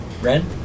Ren